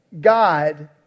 God